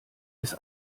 bis